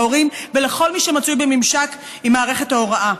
להורים ולכל מי שמצוי בממשק עם מערכת ההוראה?